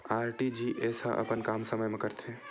RTGS ह अपन काम समय मा करथे?